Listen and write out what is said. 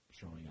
showing